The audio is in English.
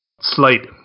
Slate